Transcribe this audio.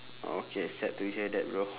okay sad to hear that bro